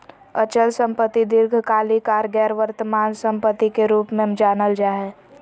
अचल संपत्ति दीर्घकालिक आर गैर वर्तमान सम्पत्ति के रूप मे जानल जा हय